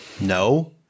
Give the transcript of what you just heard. No